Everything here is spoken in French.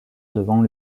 devant